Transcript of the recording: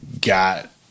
got